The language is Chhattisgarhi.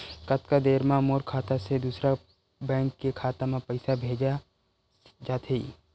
कतका देर मा मोर खाता से दूसरा बैंक के खाता मा पईसा भेजा जाथे?